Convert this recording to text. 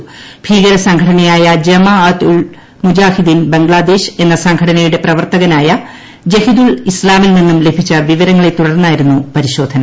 കൂട്ടീകര സംഘടനയായ ജമാ അത് ഉൾ മുജാഹിദീൻ ബംഗ്ലാദേശ് എന്നു സ്ക്ലെടനയുടെ പ്രവർത്തകനായ ജഹിദുൾ ഇസ്താമിൽ നിന്നും ലുഭിച്ചു വിവരങ്ങളെ തുടർന്നായിരുന്നു പരിശോധന